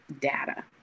data